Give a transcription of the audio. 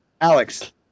Alex